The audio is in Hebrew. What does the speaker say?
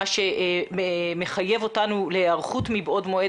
מה שמחייב אותנו להיערכות מבעוד מועד